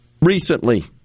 recently